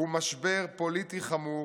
הוא משבר פוליטי חמור